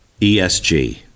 ESG